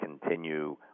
continue